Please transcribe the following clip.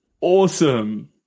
Awesome